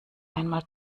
einmal